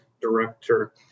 director